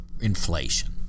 inflation